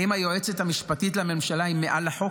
האם היועצת המשפטית לממשלה היא מעל החוק?